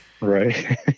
Right